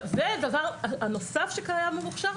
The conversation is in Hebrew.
זה הדבר נוסף שקיים במוכש"ר,